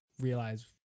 realize